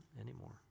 anymore